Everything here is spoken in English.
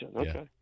okay